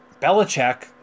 Belichick